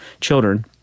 children